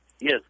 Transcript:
Yes